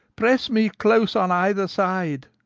press me close on either side,